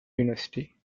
university